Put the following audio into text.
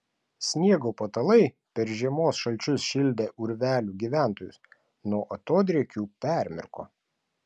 sniego patalai per žiemos šalčius šildę urvelių gyventojus nuo atodrėkių permirko